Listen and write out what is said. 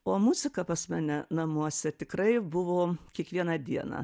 o muzika pas mane namuose tikrai buvo kiekvieną dieną